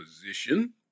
position